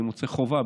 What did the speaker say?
אני מוצא חובה,